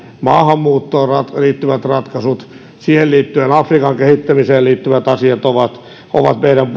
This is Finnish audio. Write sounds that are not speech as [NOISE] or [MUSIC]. maahanmuuttoon liittyvät ratkaisut niihin liittyen afrikan kehittämiseen liittyvät asiat ovat ovat meidän [UNINTELLIGIBLE]